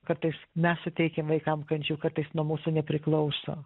kartais mes suteikiam vaikam kančių kartais nuo mūsų nepriklauso